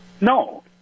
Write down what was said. No